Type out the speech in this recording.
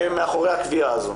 מאחורי הקביעה הזאת,